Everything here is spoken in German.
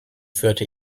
führte